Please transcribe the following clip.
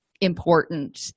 important